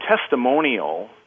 testimonial